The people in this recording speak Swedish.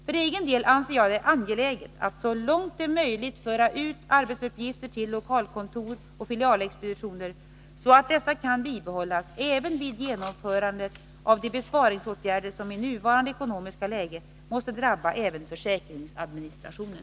För egen del anser jag det angeläget att så långt möjligt föra ut arbetsuppgifter till lokalkontor och filialexpeditioner, så att dessa kan bibehållas även vid genomförande av de besparingsåtgärder som i nuvarande ekonomiska läge måste drabba även försäkringsadministrationen.